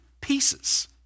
pieces